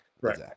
Right